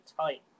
tight